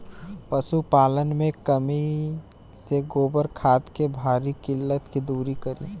पशुपालन मे कमी से गोबर खाद के भारी किल्लत के दुरी करी?